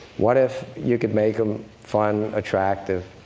what if you could make them fun, attractive,